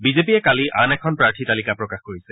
বিজেপিয়ে কালি আন এখন প্ৰাৰ্থী তালিকা প্ৰকাশ কৰিছে